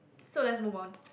so let's move on